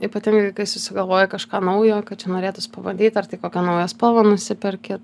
ypatingai kai susigalvoji kažką naujo kad čia norėtųs pabandyt ar tai kokią naują spalvą nusiperki